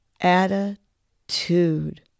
attitude